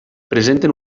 presenten